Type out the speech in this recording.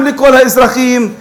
גם לכל האזרחים,